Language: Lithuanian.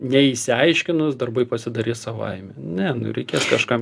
neišsiaiškinus darbai pasidarys savaime ne nu reikės kažkam